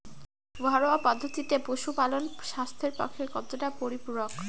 ঘরোয়া পদ্ধতিতে পশুপালন স্বাস্থ্যের পক্ষে কতটা পরিপূরক?